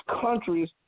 countries